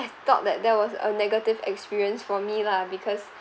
thought that that was a negative experience for me lah because